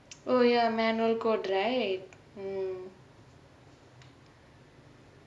oh ya manual right